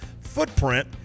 footprint